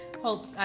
hope